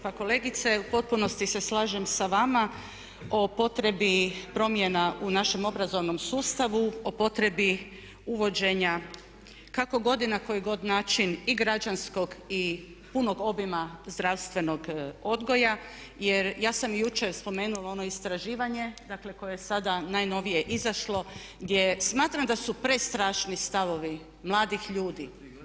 Pa kolegice u potpunosti se slažem sa vama o potrebi promjena u našem obrazovnom sustavu, o potrebi uvođenja kako god i na koji god način i građanskog i punog obima zdravstvenog odgoja jer ja sam jučer spomenula ono istraživanje koje je sada najnovije izašlo gdje smatram da su prestrašni stavovi mladih ljudi.